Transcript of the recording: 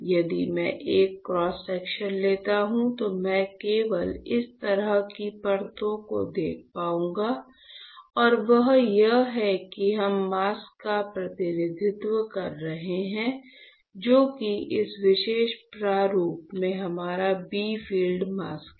यदि मैं एक क्रॉस सेक्शन लेता हूं तो मैं केवल इस तरह की परतों को देख पाऊंगा और वह यह है कि हम मास्क का प्रतिनिधित्व कर रहे हैं जो कि इस विशेष प्रारूप में हमारा b फील्ड मास्क है